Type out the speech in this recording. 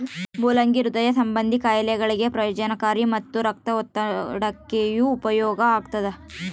ಮುಲ್ಲಂಗಿ ಹೃದಯ ಸಂಭಂದಿ ಖಾಯಿಲೆಗಳಿಗೆ ಪ್ರಯೋಜನಕಾರಿ ಮತ್ತು ರಕ್ತದೊತ್ತಡಕ್ಕೆಯೂ ಉಪಯೋಗ ಆಗ್ತಾದ